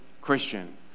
Christian